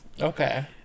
Okay